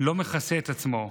לא מכסה את עצמו.